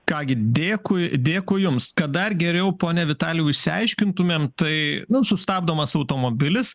ką gi dėkui dėkui jums kad dar geriau pone vitalijau išsiaiškintumėm tai nu sustabdomas automobilis